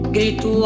Grito